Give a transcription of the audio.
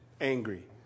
angry